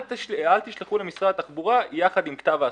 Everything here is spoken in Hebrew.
אל תשלחו למשרד התחבורה יחד עם כתב ההסמכה.